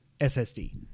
SSD